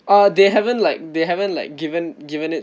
uh they haven't like they haven't like given given it